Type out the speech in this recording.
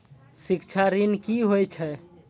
शिक्षा ऋण की होय छै?